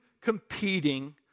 competing